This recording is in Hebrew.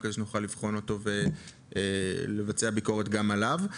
כדי שנוכל לבחון אותו ולבצע ביקורת גם עליו.